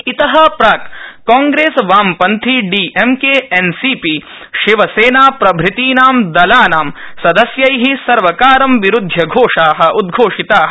इतः प्राक् कांग्रेस वामपन्थी डीएमके एनसीपी शिवसेना प्रभृतीनां दलानां सदस्यै सर्वकारं विरूध्य घोषा उद्घोषिता